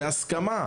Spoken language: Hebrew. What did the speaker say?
בהסכמה,